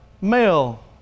male